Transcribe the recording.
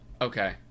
Okay